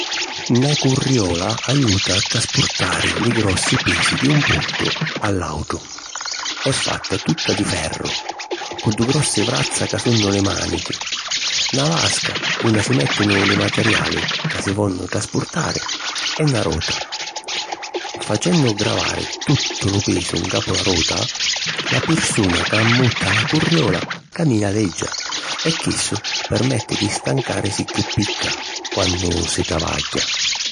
Na curriola ajuta a traspurtari li grossi pisi di un puntu a l’àutru. È fatta tutta di ferru, cu du' grossi vrazza ca sunnu li mànichi, na vasca unni si mèttinu li materiali ca si vonnu traspurtari e na rota. Facennu gravari tuttu lu pisu ncapu la rota, la pirsuna ca ammutta la curriola camina leggia e chissu permetti di stancàrisi chiù picca quannu si travagghia.